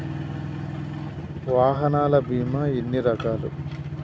వాహనాల బీమా ఎన్ని రకాలు?